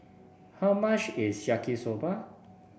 how much is Yaki Soba